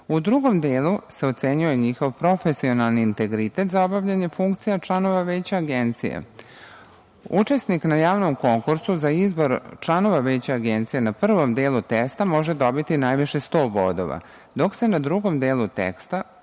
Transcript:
U drugom delu se ocenjuje njihov profesionalni integritet za obavljanje funkcija članova Veća Agencije. Učesnik na javnom konkursu za izbor članova Veća Agencije na prvom delu testa može dobiti najviše 100 bodova, dok se na drugom delu testa,